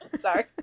Sorry